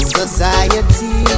society